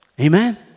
Amen